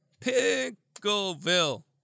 Pickleville